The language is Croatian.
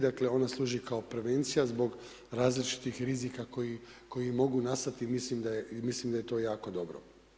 Dakle ona služi kao prevencija zbog različitih rizika koji mogu nastati i mislim da je to jako dobro.